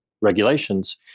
regulations